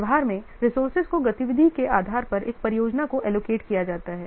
व्यवहार में रिसोर्सेज को गतिविधि के आधार पर एक परियोजना को एलोकेट किया जाता है